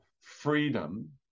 freedom